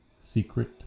secret